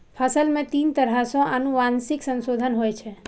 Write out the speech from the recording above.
फसल मे तीन तरह सं आनुवंशिक संशोधन होइ छै